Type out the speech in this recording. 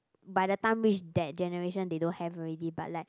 by the time reach that generation they don't have already but like